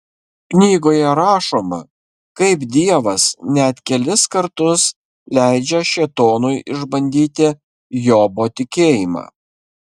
knygoje rašoma kaip dievas net kelis kartus leidžia šėtonui išbandyti jobo tikėjimą